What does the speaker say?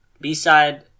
B-side